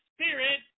spirit